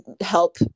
help